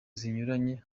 zinyuranye